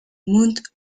mount